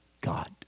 God